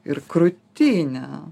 ir krūtinė